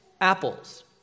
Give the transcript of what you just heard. apples